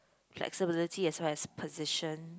flexibility as well as position